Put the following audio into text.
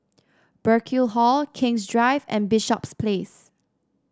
Burkill Hall King's Drive and Bishops Place